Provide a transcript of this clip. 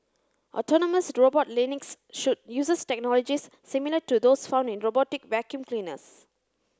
autonomous robot Lynx should uses technology similar to those found in robotic vacuum cleaners